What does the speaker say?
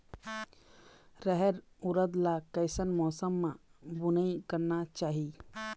रहेर उरद ला कैसन मौसम मा बुनई करना चाही?